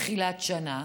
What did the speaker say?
לתחילת שנה,